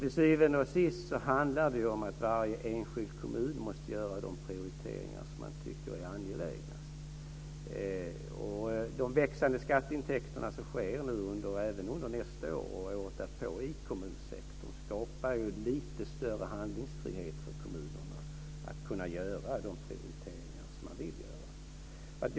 Till syvende och sist handlar det om att varje enskild kommun måste göra de prioriteringar som man tycker är mest angelägna. De växande skatteintäkterna även under nästa år och året därpå i kommunsektorn skapar lite större handlingsfrihet för kommunerna att kunna göra de prioriteringar som man vill göra.